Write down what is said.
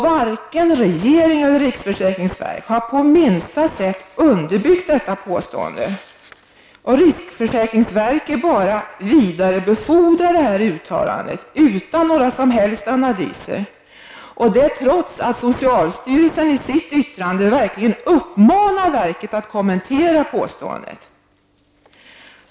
Varken regeringen eller riksförsäkringsverket har på minsta sätt underbyggt detta påstående, och riksförsäkringsverket vidarebefordrar bara uttalandet utan några som helst analyser, trots att socialstyrelsen i sitt yttrande verkligen uppmanar verket att kommentera påståendet.